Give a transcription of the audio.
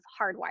hardwired